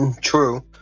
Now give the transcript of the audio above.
true